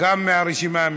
גם מהרשימה המשותפת,